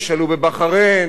תשאלו בבחריין,